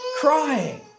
crying